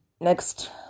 next